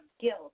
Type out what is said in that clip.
guilt